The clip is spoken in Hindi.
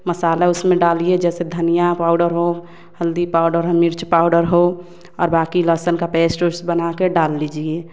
मसाला उसमें डालिए जैसे धनिया पाउडर हो हल्दी पाउडर हो मिर्च पाउडर हो और बाकी लहसुन का पेस्ट उस्ट बना के डाल लीजिए